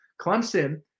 Clemson